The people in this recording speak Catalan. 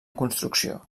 construcció